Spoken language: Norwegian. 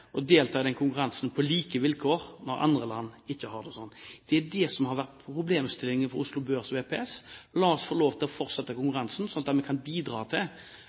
å delta i den konkurransen på like vilkår, og andre land har det ikke slik. Det er det som har vært problemstillingen for Oslo Børs VPS. La oss få lov til å fortsette konkurransen, slik at en kan bidra til